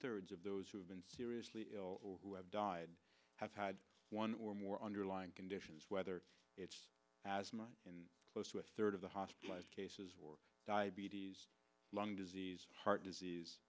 thirds of those who have been seriously ill or who have died have had one or more underlying conditions whether it's asthma in close to a third of the hospitalized cases or diabetes lung disease heart disease